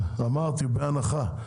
אמרתי, בהנחה.